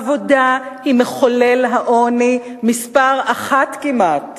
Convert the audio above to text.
עבודה היא מחולל העוני מספר אחת כמעט.